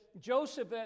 Joseph